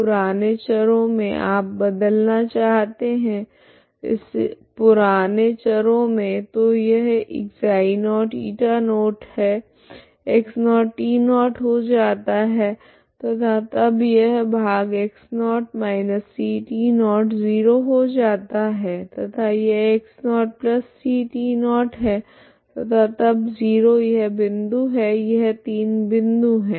पुराने चरों मे आप बदलना चाहते है इस पुराने चरों मे तो यह ξ0 η0 है x0t0 हो जाता है तथा तब यह भाग x0 ct0 0 हो जाता है तथा यह x0ct0 है तथा तब 0 यह बिंदु है यह तीन बिंदु है